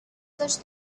such